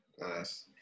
nice